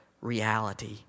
reality